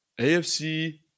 afc